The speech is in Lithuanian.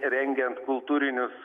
rengiant kultūrinius